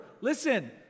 Listen